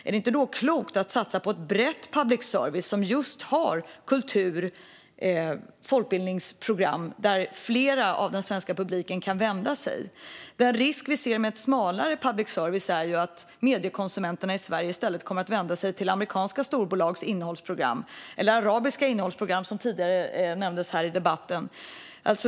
Är det då inte klokt att i stället satsa på ett brett public service som just har kultur och folkbildningsprogram dit flera av den svenska publiken kan vända sig? Den risk vi ser med ett smalare public service är att mediekonsumenterna i Sverige i stället kommer att vända sig till amerikanska storbolags innehållsprogram eller arabiska innehållsprogram, som tidigare nämndes här i debatten.